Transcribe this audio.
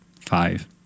five